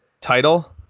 Title